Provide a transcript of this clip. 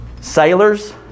Sailors